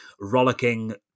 rollicking